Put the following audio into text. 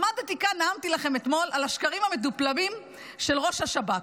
עמדתי כאן ונאמתי לכם אתמול על השקרים המדופלמים של ראש השב"כ.